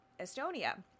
Estonia